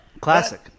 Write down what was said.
classic